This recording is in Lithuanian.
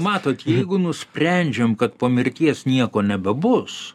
matot jeigu nusprendžiam kad po mirties nieko nebebus